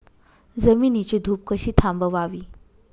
जमिनीची धूप कशी थांबवावी?